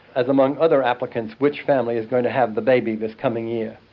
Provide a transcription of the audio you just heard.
as among other applicants, which family is going to have the baby this coming year.